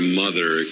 mother